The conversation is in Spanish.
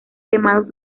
quemados